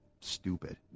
stupid